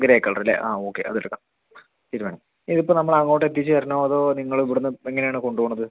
grey colour അല്ലേ ആ okay അതെടുക്കാം ഇതു വേണോ ഇതിപ്പോൾ നമ്മളങ്ങോട്ട് എത്തിച്ചു തരണോ അതോ നിങ്ങളിവിടെ നിന്ന് എങ്ങനെയാണ് കൊണ്ടുപോണത്